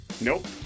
Nope